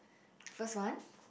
first one